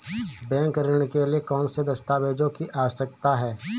Bank ऋण के लिए कौन से दस्तावेजों की आवश्यकता है?